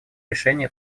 решения